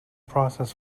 process